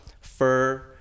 fur